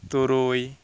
ᱛᱩᱨᱩᱭ